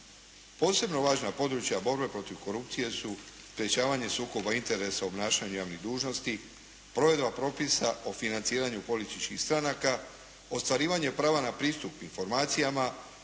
Posebno važna područja borbe protiv korupcije su sprečavanje sukoba interesa obnašanja javnih dužnosti, provedba propisa o financiranju političkih stranaka, ostvarivanje prava na pristup informacijama,